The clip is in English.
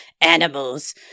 animals